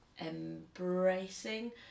embracing